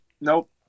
Nope